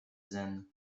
zen